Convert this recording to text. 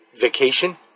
vacation